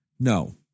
No